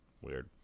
Weird